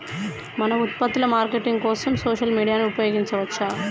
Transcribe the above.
మన ఉత్పత్తుల మార్కెటింగ్ కోసం సోషల్ మీడియాను ఉపయోగించవచ్చా?